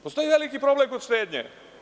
Postoji veliki problem kod štednje.